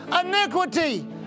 iniquity